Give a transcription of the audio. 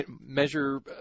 measure